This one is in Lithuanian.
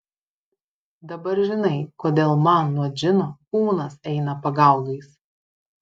dabar žinai kodėl man nuo džino kūnas eina pagaugais